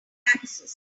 taxes